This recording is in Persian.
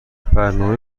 برنامه